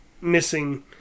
missing